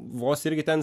vos irgi ten